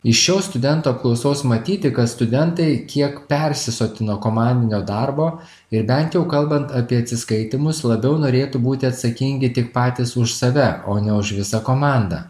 iš šio studento apklausos matyti kad studentai kiek persisotino komandinio darbo ir bent jau kalbant apie atsiskaitymus labiau norėtų būti atsakingi tik patys už save o ne už visą komandą